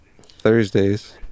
Thursdays